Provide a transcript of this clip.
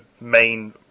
main